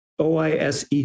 OISE